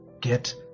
get